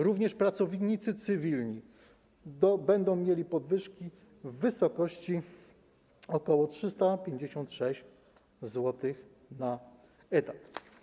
Również pracownicy cywilni będą mieli podwyżki w wysokości ok. 356 zł na etat.